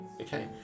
Okay